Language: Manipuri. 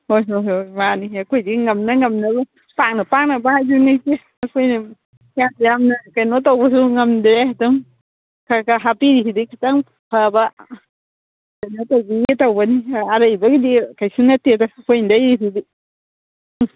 ꯍꯣꯏ ꯍꯣꯏ ꯍꯣꯏ ꯃꯥꯅꯤ ꯑꯩꯈꯣꯏꯗꯤ ꯉꯝꯅ ꯉꯝꯅꯕ ꯄꯥꯡꯅ ꯄꯥꯡꯅꯕ ꯍꯥꯏꯗꯨꯅꯤ ꯏꯆꯦ ꯑꯩꯈꯣꯏꯅ ꯌꯥꯝ ꯌꯥꯝꯅ ꯀꯩꯅꯣ ꯇꯧꯕꯁꯨ ꯉꯝꯗꯦ ꯑꯗꯨꯝ ꯈꯔ ꯈꯔ ꯍꯥꯞꯄꯤꯔꯤꯁꯤꯗꯒꯤ ꯈꯤꯇꯪ ꯐꯕ ꯀꯩꯅꯣ ꯇꯧꯕꯤꯒꯦ ꯇꯧꯕꯅꯤ ꯑꯔꯩꯕꯒꯤꯗꯤ ꯀꯩꯁꯨ ꯅꯠꯇꯦꯗ ꯑꯩꯈꯣꯏ ꯂꯩꯔꯤꯁꯤꯗꯤ